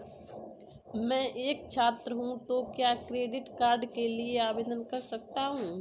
मैं एक छात्र हूँ तो क्या क्रेडिट कार्ड के लिए आवेदन कर सकता हूँ?